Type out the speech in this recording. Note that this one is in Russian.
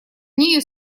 нею